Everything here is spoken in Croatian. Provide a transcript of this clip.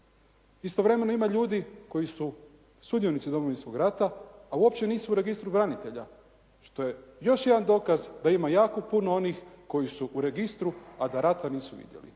Istovremeno ima ljudi koji su sudionici Domovinskog rata, a uopće nisu u registru branitelja što je još jedan dokaz da ima jako puno onih koji su u registru, a da rata nisu vidjeli.